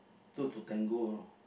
two to tango you know